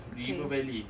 river valley